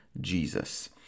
Jesus